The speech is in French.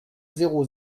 zéro